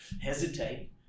hesitate